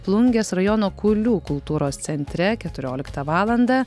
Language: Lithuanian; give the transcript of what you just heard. plungės rajono kulių kultūros centre keturioliką valandą